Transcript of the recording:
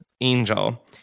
Angel